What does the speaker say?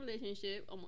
relationship